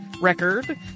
record